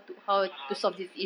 a'ah